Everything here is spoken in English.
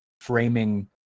framing